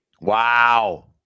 wow